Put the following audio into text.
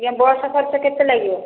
ଆଜ୍ଞା ବସ୍ ଖର୍ଚ୍ଚ କେତେ ଲାଗିବ